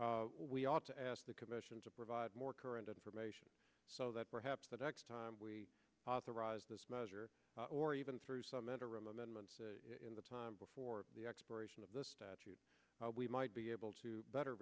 we ought to ask the commission to provide more current information so that perhaps the next time we authorize this measure or even through some interim amendments in the time before the expiration of the statute we might be able to better